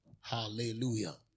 hallelujah